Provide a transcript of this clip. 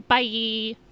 Bye